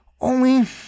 Only